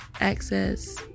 access